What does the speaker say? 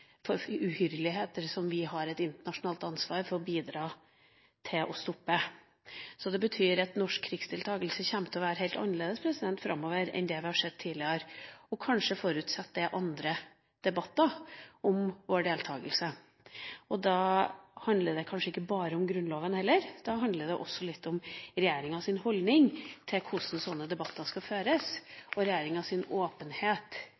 uhyrligheter som vi har et internasjonalt ansvar for å bidra til å stoppe. Det betyr at norsk krigsdeltakelse kommer til å være helt annerledes framover enn tidligere. Kanskje forutsetter det andre debatter om vår deltakelse. Da handler det kanskje heller ikke bare om Grunnloven; da handler det også litt om regjeringas holdning til hvordan slike debatter skal føres, og regjeringas åpenhet